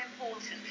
important